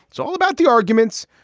it's all about the arguments.